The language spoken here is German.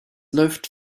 läuft